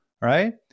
right